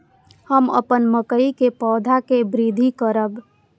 हम अपन मकई के पौधा के वृद्धि करब?